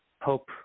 hope